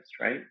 right